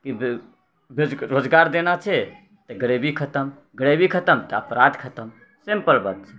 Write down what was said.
कि बे रोजगार देना छै तऽ गरीबी खतम गरीबी खतम तऽ अपराध खतम सिम्पल बात छै